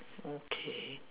okay